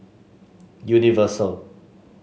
Universal